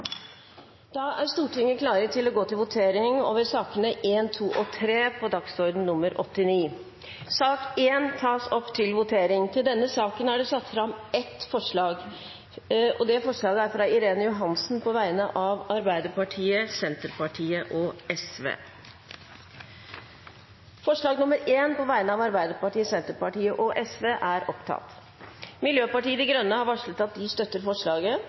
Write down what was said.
Da er Stortinget klar til å gå til votering over sakene nr. 1, 2 og 3 på dagens kart. Under debatten er det satt fram ett forslag, fra Irene Johansen, på vegne av Arbeiderpartiet, Senterpartiet og Sosialistisk Venstreparti. Forslaget lyder: «Stortinget ber regjeringen gjøre endringer i forskriften om land-for-land-rapportering som kan synliggjøre uønsket skattetilpasning, herunder forslag om utvidet land-for-land-rapportering som sikrer en sterkere kobling mellom land-for-land-rapportering og årsregnskap.» Miljøpartiet De Grønne har varslet at de støtter forslaget.